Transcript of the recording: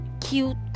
cute